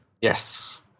Yes